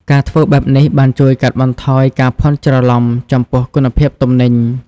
ការធ្វើបែបនេះបានជួយកាត់បន្ថយការភ័ន្តច្រឡំចំពោះគុណភាពទំនិញ។